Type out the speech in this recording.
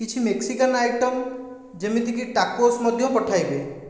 କିଛି Mexican item ଯେମିତିକି tacos ମଧ୍ୟ ପଠାଇବେ